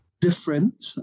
different